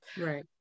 Right